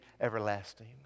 everlasting